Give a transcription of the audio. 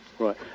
Right